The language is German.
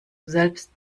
selbst